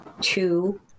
Two